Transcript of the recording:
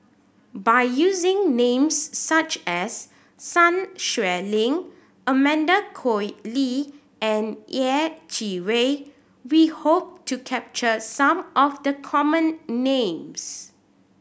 by using names such as Sun Xueling Amanda Koe Lee and Yeh Chi Wei we hope to capture some of the common names